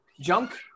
junk